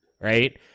right